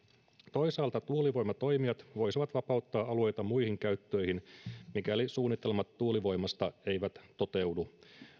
toisaalta tuulivoimatoimijat voisivat vapauttaa alueita muihin käyttöihin mikäli suunnitelmat tuulivoimasta eivät toteudu